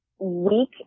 week